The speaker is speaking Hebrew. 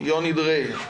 יוני דריי.